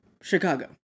Chicago